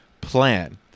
plan